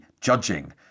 judging